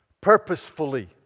purposefully